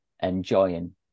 enjoying